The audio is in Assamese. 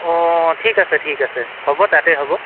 অঁ ঠিক আছে ঠিক আছে হ'ব তাতেই হ'ব